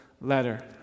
letter